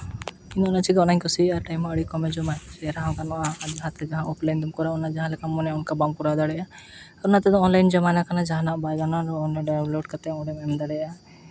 ᱤᱧᱫᱚ ᱚᱱᱟ ᱪᱤᱠᱟᱹ ᱚᱱᱟᱧ ᱠᱩᱥᱤᱭᱟᱜᱼᱟ ᱴᱟᱹᱭᱤᱢ ᱦᱚᱸ ᱠᱚᱢᱮ ᱡᱚᱢᱟᱭ ᱪᱮᱦᱨᱟ ᱦᱚᱸ ᱜᱟᱱᱚᱜᱼᱟ ᱚᱯᱷ ᱞᱟᱭᱤᱱ ᱛᱮᱢ ᱠᱚᱨᱟᱣᱟ ᱚᱱᱟ ᱡᱟᱦᱟᱸ ᱞᱮᱠᱟᱢ ᱢᱚᱱᱮᱭᱟ ᱚᱱᱠᱟ ᱵᱟᱢ ᱠᱚᱨᱟᱣ ᱫᱟᱲᱮᱭᱟᱜᱼᱟ ᱟᱨ ᱱᱮᱛᱟᱨ ᱫᱚ ᱚᱱᱞᱟᱭᱤᱱ ᱡᱟᱢᱟᱱᱟ ᱠᱟᱱᱟ ᱡᱟᱦᱟᱱᱟᱜ ᱰᱟᱣᱩᱱᱞᱳᱰ ᱠᱟᱛᱮ ᱚᱸᱰᱮᱢ ᱮᱢ ᱫᱟᱲᱮᱭᱟᱜᱼᱟ